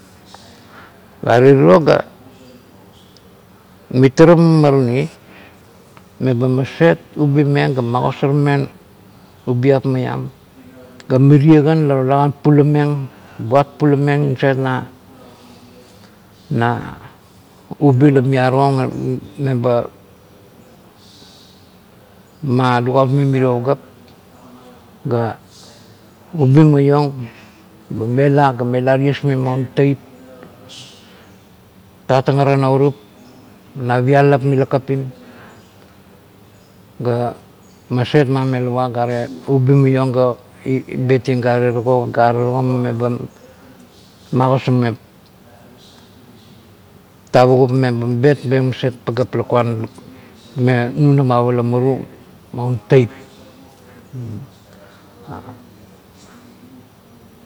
Gare tiro ga mitara mamarani, meba maset ubimeng ga maset magosarmeng ubiap maiam, ga mirie kan la buat pulamengbuat pulameng nasait na ubi la miara meba ma lagautmeng merio pagap ga ubi maiong be mela ga mela ties meng un eip, tatang ara naurup na pialap mila kapim ga maset mamelawa gare ubi maiong ga betieng gare tago gare tago meba magosarmeng tavugup meba betmeng maset pagap lakuan me nunamap ula muru maun teip.